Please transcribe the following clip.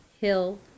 Hill